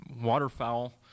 waterfowl